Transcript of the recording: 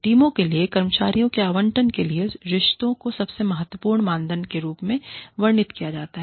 टीमों के लिए कर्मचारियों के आवंटन के लिए रिश्तों को सबसे महत्वपूर्ण मानदंड के रूप में वर्णित किया गया है